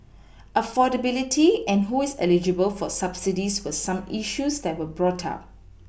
affordability and who is eligible for subsidies were some issues that were brought up